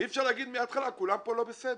אי אפשר להגיד מההתחלה שכולם לא בסדר.